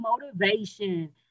motivation